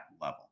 level